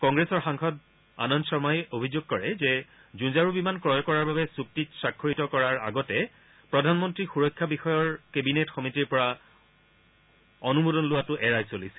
কংগ্ৰেছৰ সাংসদ আনন্দ শৰ্মাই অভিযোগ কৰে যে যুঁজাৰু বিমান ক্ৰয় কৰাৰ বাবে চুক্তিত স্বাক্ষৰিত কৰাৰ আগতে প্ৰধানমন্ত্ৰী সুৰক্ষা বিষয়ৰ কেবিনেট সমিতিৰ পৰা অনুমোদন লোৱাতো এৰাই চলিছিল